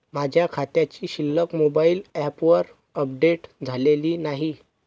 माझ्या खात्याची शिल्लक मोबाइल ॲपवर अपडेट झालेली नाही